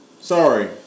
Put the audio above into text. Sorry